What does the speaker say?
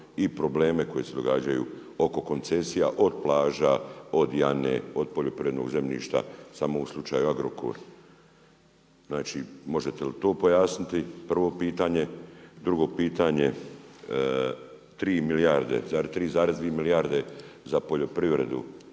i probleme koji se događaju oko koncesija od plaža, od Jane, od poljoprivrednog zemljišta. Samo u slučaju Agrokor, znači možete li to pojasniti prvo pitanje. Drugo pitanje, tri milijarde zar 3,2 milijarde